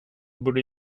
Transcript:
borde